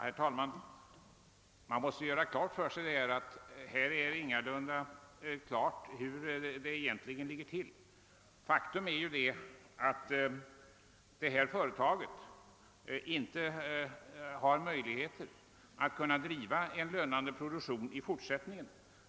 Herr talman! Man måste göra klart för sig att här är det ingalunda klart hur det egentligen ligger till. Faktum är ju att detta företag inte har möjligheter att kunna driva en lönande produktion i fortsättningen.